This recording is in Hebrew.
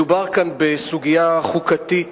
מדובר כאן בסוגיה חוקתית